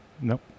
Nope